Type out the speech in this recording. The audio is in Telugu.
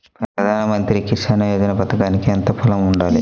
ప్రధాన మంత్రి కిసాన్ యోజన పథకానికి ఎంత పొలం ఉండాలి?